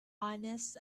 honest